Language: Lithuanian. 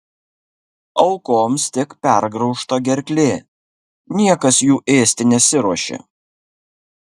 aukoms tik pergraužta gerklė niekas jų ėsti nesiruošė